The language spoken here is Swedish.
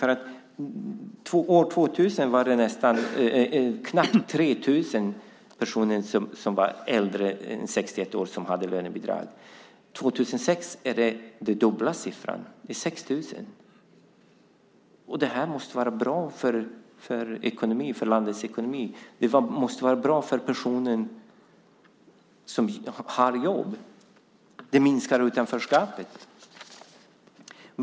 År 2000 var det knappt 3 000 personer som var äldre än 61 år som hade lönebidrag. År 2006 var siffran den dubbla, 6 000. Detta måste vara bra för landets ekonomi och för de personer som har jobb. Det minskar utanförskapet.